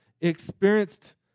experienced